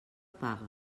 paga